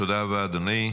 תודה רבה, אדוני.